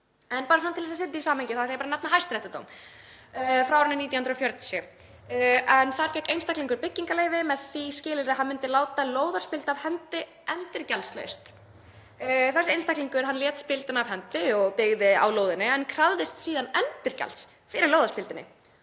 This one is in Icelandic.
um. Bara svona til að setja þetta í samhengi þá ætla ég að nefna hæstaréttardóm frá árinu 1940, en þar fékk einstaklingur byggingarleyfi með því skilyrði að hann myndi láta lóðarspildu af hendi endurgjaldslaust. Þessi einstaklingur lét spilduna af hendi og byggði á lóðinni en krafðist síðan endurgjalds fyrir lóðarspilduna.